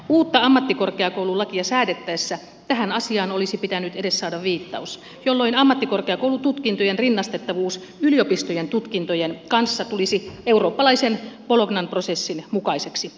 uutta ammattikorkeakoululakia säädettäessä tähän asiaan olisi pitänyt saada edes viittaus jolloin ammattikorkeakoulututkintojen rinnastettavuus yliopistojen tutkintojen kanssa tulisi eurooppalaisen bolognan prosessin mukaiseksi